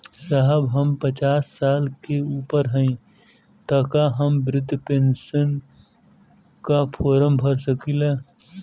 साहब हम पचास साल से ऊपर हई ताका हम बृध पेंसन का फोरम भर सकेला?